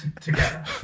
together